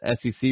SEC